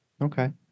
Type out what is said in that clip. Okay